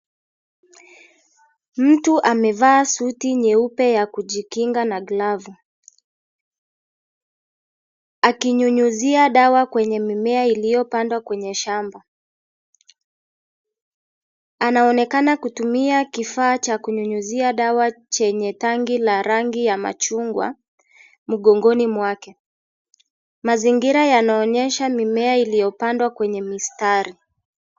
Mtu amevaa suti nyeupe ya kujikinga na glavu, akinyunyuzia dawa kwenye mimea iliopandwa kwenye shamba, anaonekana kutumia kifaa cha kunyunyuzia dawa chenye tangi la rangi ya machungwa mgongoni mwake, mazingira yanaonyesha mimea iliyopandwa kwenye mistari.